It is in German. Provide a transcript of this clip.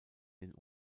den